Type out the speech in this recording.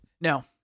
No